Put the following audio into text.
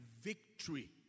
victory